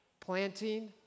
planting